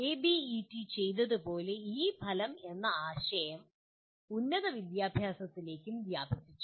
ABET ചെയ്തതുപോലെ ഈ ഫലം എന്ന ആശയം ഉന്നത വിദ്യാഭ്യാസത്തിലേക്കും വ്യാപിപ്പിച്ചു